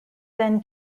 then